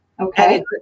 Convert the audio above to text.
Okay